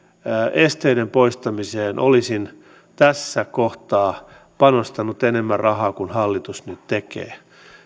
esteiden poistamiseen olisin tässä kohtaa panostanut enemmän rahaa kuin hallitus nyt tekee